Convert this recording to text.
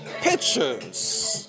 pictures